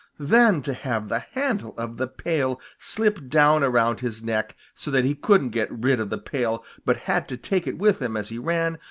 then to have the handle of the pail slip down around his neck so that he couldn't get rid of the pail but had to take it with him as he ran,